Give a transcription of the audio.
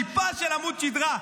טיפה של עמוד שדרה.